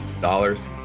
dollars